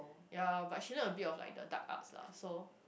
ya but she learn a bit of like the dark arts lah so